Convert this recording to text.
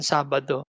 Sabado